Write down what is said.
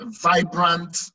vibrant